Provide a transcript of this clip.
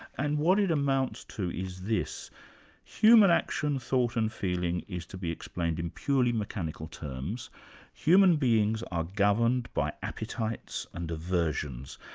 and what it amounts to is this human action, thought and feeling is to be explained in purely mechanical terms human beings are governed by appetites and aversions.